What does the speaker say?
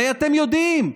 הרי אתם יודעים,